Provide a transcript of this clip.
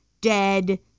dead